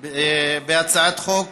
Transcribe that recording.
על הצעת חוק